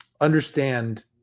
understand